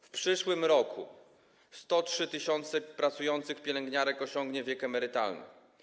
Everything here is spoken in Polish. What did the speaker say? W przyszłym roku 103 tys. pracujących pielęgniarek osiągnie wiek emerytalny.